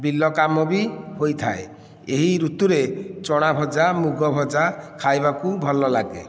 ବିଲ କାମ ବି ହୋଇଥାଏ ଏହି ଋତୁରେ ଚଣା ଭଜା ମୁଗ ଭଜା ଖାଇବାକୁ ଭଲ ଲାଗେ